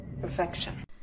Perfection